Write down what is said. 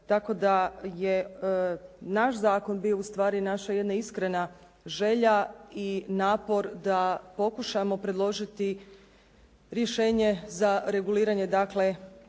Tako da je naš zakon bio ustvari naša jedna iskrena želja i napor da pokušamo predložiti rješenje za reguliranje